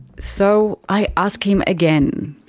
so i ask him again.